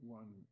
one